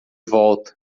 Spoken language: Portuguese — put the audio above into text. volta